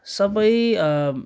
सबै